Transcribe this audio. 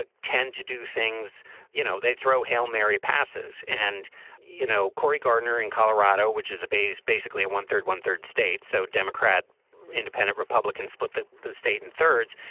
ah tend to do things you know they throw hail mary passes and you know cory gardner in colorado which is a base basically a one third one third state. so democrat independent republicans split the the state in thirds.